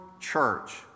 church